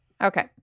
Okay